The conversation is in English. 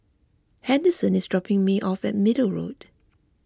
Henderson is dropping me off at Middle Road